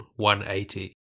180